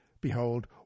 Behold